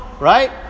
right